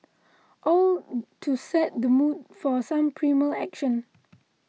all to set the mood for some primal action